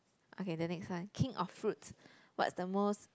okay then next one king of fruits what's the most